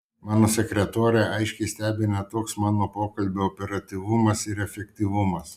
mano sekretorę aiškiai stebina toks mano pokalbio operatyvumas ir efektyvumas